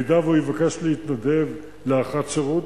אם הוא יבקש להתנדב להארכת שירות,